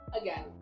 again